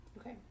Okay